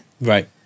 Right